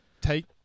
Take